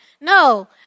No